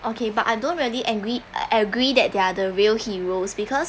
okay but I don't really angry agree that they're the real heroes because